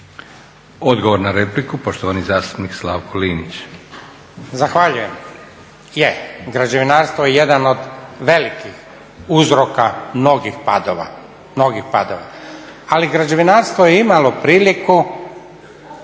Odgovor na repliku, poštovani zastupnik Slavko Linić.